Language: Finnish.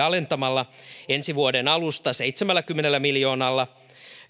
alentamalla varhaiskasvatusmaksuja ensi vuoden alusta seitsemälläkymmenellä miljoonalla